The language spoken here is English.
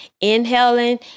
inhaling